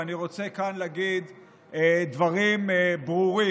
ואני רוצה להגיד כאן דברים ברורים.